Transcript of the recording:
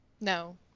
no